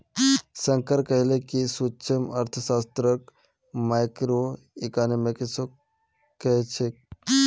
शंकर कहले कि सूक्ष्मअर्थशास्त्रक माइक्रोइकॉनॉमिक्सो कह छेक